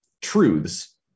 truths